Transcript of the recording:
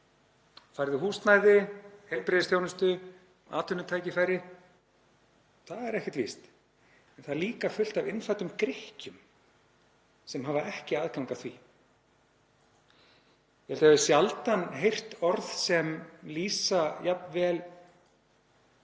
„Færðu húsnæði, heilbrigðisþjónustu, atvinnutækifæri? Það er ekkert víst. En það er líka fullt af innfæddum Grikkjum sem hafa ekki aðgang að því.“ Ég hef sjaldan heyrt orð sem lýsa jafn vel